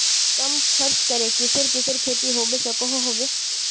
कम खर्च करे किसेर किसेर खेती होबे सकोहो होबे?